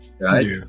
right